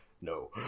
No